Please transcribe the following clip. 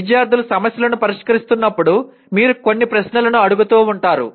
విద్యార్థులు సమస్యలను పరిష్కరిస్తున్నప్పుడు మీరు కొన్ని ప్రశ్నలను అడుగుతూ ఉంటారు